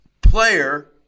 player